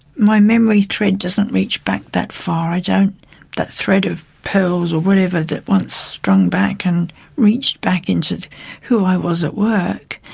my memory thread doesn't reach back that far. that thread of pearls or whatever that once strung back and reached back into who i was at work